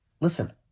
listen